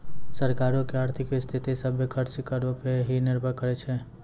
सरकारो के आर्थिक स्थिति, सभ्भे खर्च करो पे ही निर्भर करै छै